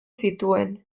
zituen